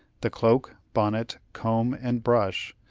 the cloak, bonnet, comb, and brush,